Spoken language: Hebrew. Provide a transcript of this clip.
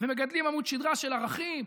ומגדלים עמוד שדרה של ערכים,